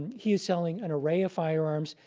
he is selling an array of firearms,